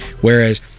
Whereas